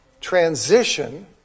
transition